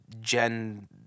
Gen